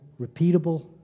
repeatable